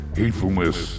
hatefulness